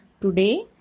Today